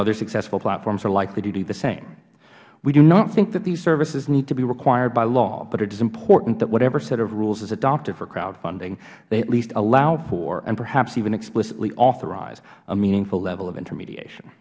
other successful platforms are likely to do the same we do not think that these services need to be required by law but it is important that whatever set of rules is adopted for crowdfunding they at least allow for and perhaps even explicitly authorize a meaningful level of intermediation